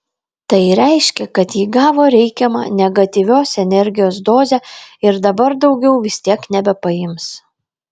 tai reiškia kad ji gavo reikiamą negatyvios energijos dozę ir dabar daugiau vis tiek nebepaims